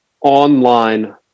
online